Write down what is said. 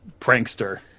prankster